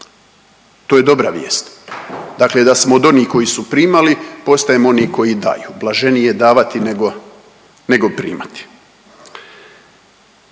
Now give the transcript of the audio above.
To je dobra vijest. Dakle, da smo od onih koji su primali postajemo oni koji daju, blaženije je davati nego, nego primati.